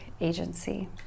agency